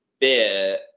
beer